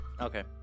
Okay